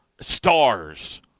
stars